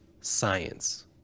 science